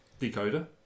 decoder